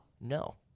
No